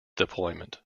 deployment